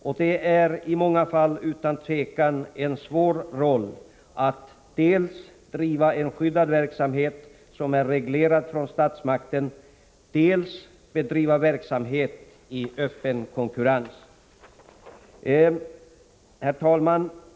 Och det är i många fall utan tvivel en svår roll att dels driva en skyddad verksamhet som är reglerad av statsmakten, dels bedriva verksamhet i öppen konkurrens. Herr talman!